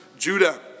Judah